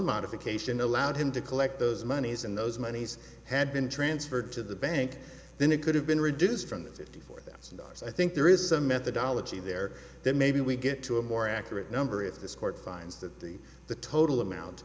modification allowed him to collect those moneys and those monies had been transferred to the bank then it could have been reduced from the fifty four thousand dollars i think there is some methodology there that maybe we get to a more accurate number if this court finds that the the total amount